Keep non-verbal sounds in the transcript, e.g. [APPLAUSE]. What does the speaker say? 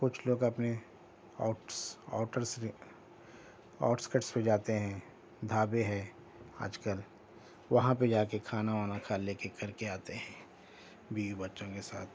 کچھ لوگ اپنے آؤٹس [UNINTELLIGIBLE] آؤٹس کٹس پہ جاتے ہیں ڈھابے ہیں آج کل وہاں پہ جا کے کھانا وانا کھا لے کے کر کے آتے ہیں بیوی بچوں کے ساتھ